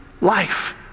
life